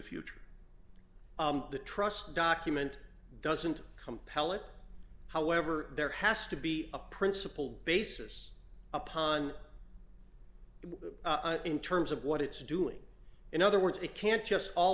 future the trust document doesn't compel it however there has to be a principle basis upon which in terms of what it's doing in other words we can't just all